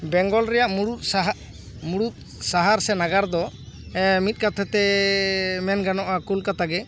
ᱵᱮᱝᱜᱚᱞ ᱨᱮᱭᱟᱜ ᱢᱩᱲᱩᱫ ᱥᱟᱦᱟᱨ ᱢᱩᱲᱩᱫ ᱥᱟᱦᱟᱨ ᱥᱮ ᱱᱟᱜᱟᱨ ᱫᱚ ᱢᱤᱫ ᱠᱟᱛᱷᱟᱛᱮᱻ ᱢᱮᱱ ᱜᱟᱱᱚᱜᱼᱟ ᱠᱳᱞᱠᱟᱛᱟ ᱜᱮ